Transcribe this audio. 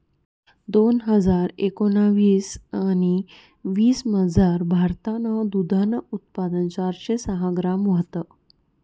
दोन हजार एकोणाविस आणि वीसमझार, भारतनं दूधनं उत्पादन चारशे सहा ग्रॅम व्हतं